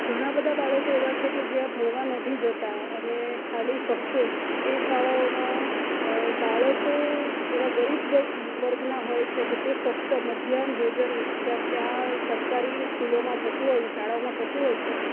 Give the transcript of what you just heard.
ઘણા બધા બાળકો એવા છે કે જે ભણવા નથી જતા અને ખાલી ફક્ત એ શાળાઓમાં બાળકો એવા ગરીબ વર્ગ વર્ગના હોય છે કે તે ફક્ત મધ્યાહન ભોજન જ્યાં ત્યાં સરકારી સ્કૂલોમાં થતું હોય શાળાઓમાં થતું હોય છે